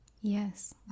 yes